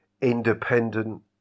independent